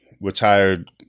retired